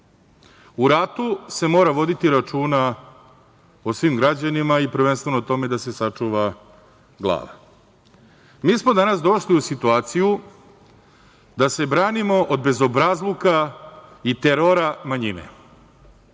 U ratu se mora voditi računa o svim građanima i prvenstveno o tome da se sačuva glava. Mi smo danas došli u situaciju da se branimo od bezobrazluka i terora manjine.